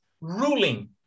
ruling